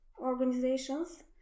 organizations